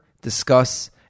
discuss